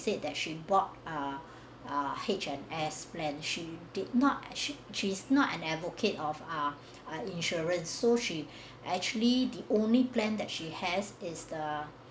said that she bought ah ah H&S plan she did not as she she's not an advocate of ah an insurance so she actually the only plan that she has is the